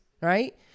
right